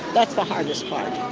that's the hardest part.